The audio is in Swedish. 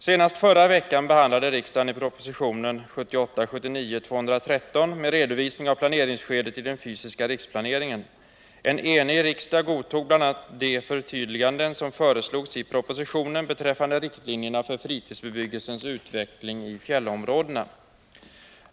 Senast förra veckan behandlade riksdagen propositionen 1978/79:213 med Nr 57 redovisning av planeringsskedet i den fysiska riksplaneringen. En enig Tisdagen den riksdag godtog bl.a. de förtydliganden som föreslogs i propositionen 18 december 1979 beträffande riktlinjerna för fritidsbebyggelsens utveckling i fjällområdena.